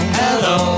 hello